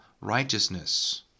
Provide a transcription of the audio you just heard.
righteousness